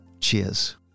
Cheers